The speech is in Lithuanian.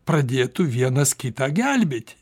pradėtų vienas kitą gelbėt